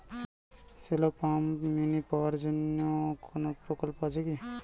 Shallow pump mini power জন্য কোনো প্রকল্প আছে কি?